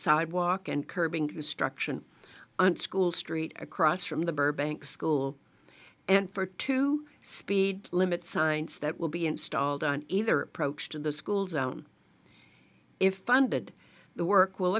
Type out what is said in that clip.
sidewalk and curbing construction and school street across from the burbank school and for two speed limit signs that will be installed on either approach to the school zone if funded the work will